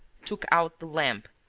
took out the lamp,